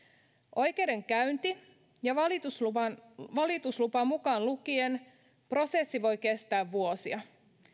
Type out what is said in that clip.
oikeudenkäynti ja valituslupa valituslupa mukaan lukien prosessi voi kestää vuosia